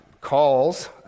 calls